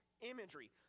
imagery